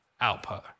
output